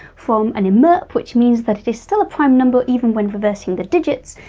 from an emirp, which means that it is still a prime number even when reversing the digits,